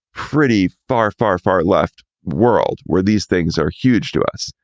pretty far, far, far left world where these things are huge to us.